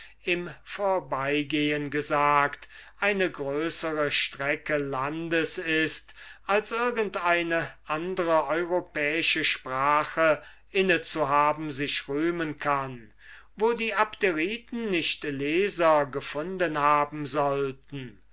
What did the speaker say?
im vorbeigehen gesagt eine größere strecke landes ist als irgend eine andre europäische sprache inne zu haben sich rühmen kann wo die abderiten nicht leser gefunden haben sollten